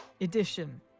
edition